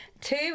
Two